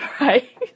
right